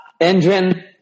Engine